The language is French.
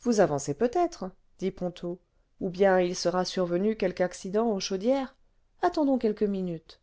vous avancez peut-être dit ponto ou bien il sera survenu quelqueaccident aux chaudières attendons quelques minutes